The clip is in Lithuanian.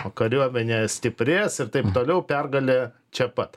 o kariuomenė stiprės ir taip toliau pergalė čia pat